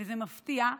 וזה מפתיע,